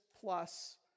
plus